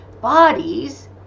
bodies